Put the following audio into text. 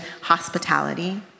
hospitality